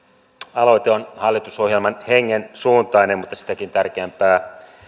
aloite on hallitusohjelman hengen suuntainen mutta sitäkin tärkeämpää